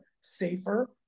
safer